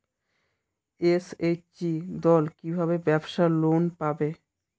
SHG দল কী ভাবে ব্যাবসা লোন পাবে?